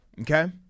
okay